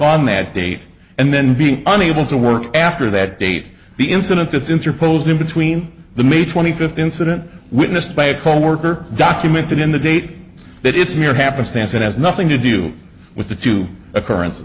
on that date and then being unable to work after that date the incident that's interposed in between the may twenty fifth incident witnessed by a coworker documented in the date that it's near happenstance it has nothing to do with the two occurrence